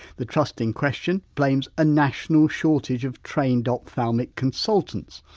the trust in question blames a national shortage of trained ah ophthalmic consultants.